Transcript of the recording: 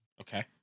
Okay